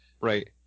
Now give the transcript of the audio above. Right